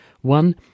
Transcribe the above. one